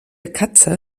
katze